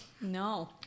No